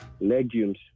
legumes